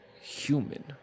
human